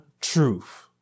truth